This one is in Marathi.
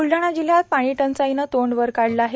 ब्लडाणा जिल्हयात पाणीटंचाई तोंड वर काढले आहे